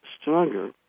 stronger